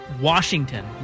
Washington